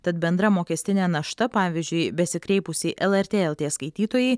tad bendra mokestinė našta pavyzdžiui besikreipusiai lrt lt skaitytojai